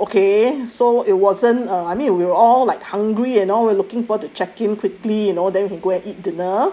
so okay so it wasn't uh I mean we're all like hungry and all we're looking for to check in quickly you know then can go and eat dinner